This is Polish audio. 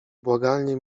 błagalnie